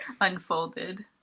unfolded